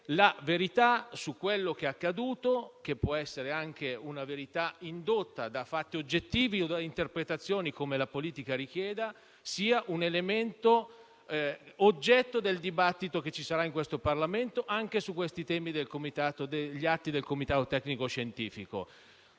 la verità su quello che è accaduto, che può essere anche una verità indotta da fatti oggettivi o da interpretazioni come la politica può richiedere, debba essere un elemento oggetto del dibattito che ci sarà in questo Parlamento anche su questi temi degli atti del Comitato tecnico-scientifico.